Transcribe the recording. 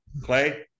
Clay